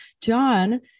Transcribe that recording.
John